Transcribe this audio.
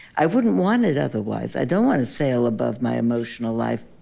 i wouldn't want it otherwise. i don't want to sail above my emotional life.